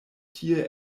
tie